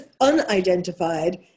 unidentified